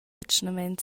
atgnamein